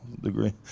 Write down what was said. degree